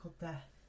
death